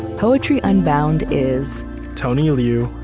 poetry unbound is tony liu,